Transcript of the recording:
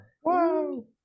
Whoa